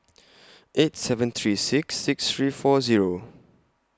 eight seven three six six three four Zero